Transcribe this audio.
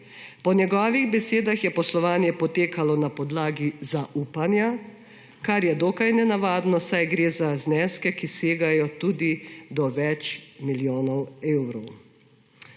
Po njegovih besedah je poslovanje potekalo na podlagi zaupanja, kar je dokaj nenavadno, saj gre za zneske, ki sedajo tudi do več milijonov evrov.